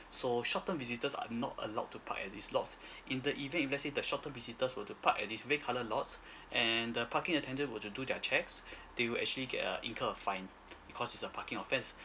so short term visitors are not allowed to park at this lot in the event if let's say the short term visitors were to park at this red colour lots and the parking attender would to do their checks they will actually get a incur a fine because it's a parking offence